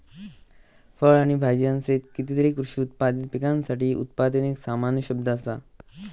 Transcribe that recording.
फळ आणि भाजीयांसहित कितीतरी कृषी उत्पादित पिकांसाठी उत्पादन एक सामान्य शब्द असा